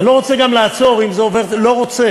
אני גם לא רוצה לעצור, אם זה עובר, לא רוצה.